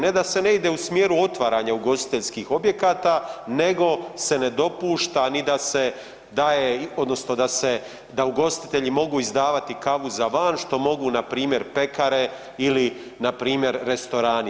Ne da se ne ide u smjeru otvaranja ugostiteljskih objekata nego se ne dopušta ni da se daje odnosno da se, da ugostitelji mogu izdavati kavu za van što mogu npr. pekare ili npr., restorani.